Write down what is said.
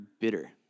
bitter